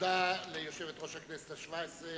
תודה ליושבת-ראש הכנסת השבע-עשרה,